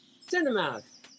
cinemas